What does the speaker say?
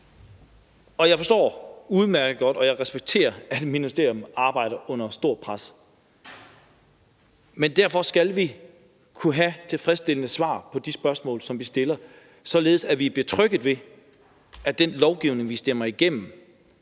og jeg forstår udmærket godt, og jeg respekterer, at ministeriet arbejder under stort pres, men derfor skal vi alligevel kunne få tilfredsstillende svar på de spørgsmål, som vi stiller, således at vi er betrygget ved, at den lovgivning, vi stemmer igennem,